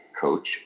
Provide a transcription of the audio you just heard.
Coach